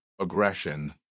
aggression